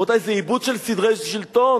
רבותי, זה איבוד של סדרי שלטון.